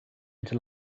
into